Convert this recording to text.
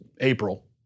April